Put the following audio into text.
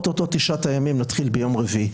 או-טו-טו תשעת הימים, נתחיל ביום רביעי.